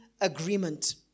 agreement